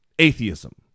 atheism